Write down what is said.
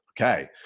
okay